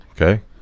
okay